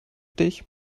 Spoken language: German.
dich